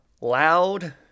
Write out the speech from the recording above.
loud